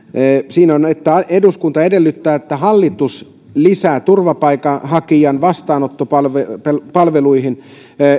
siinä eduskunta edellyttää että hallitus lisää turvapaikanhakijan vastaanottopalveluihin